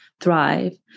thrive